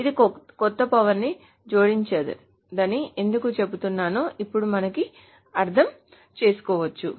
ఇది కొత్త పవర్ ని జోడించదని ఎందుకు చెబుతున్నానో ఇప్పుడు మనం అర్థం చేసుకోవచ్చు